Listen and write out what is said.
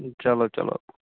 چلو چلو